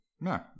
No